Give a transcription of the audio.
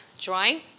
drawing